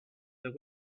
the